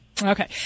Okay